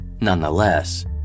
Nonetheless